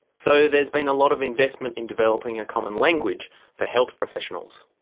so there's been a lot of investment in developing a common language for health professionals.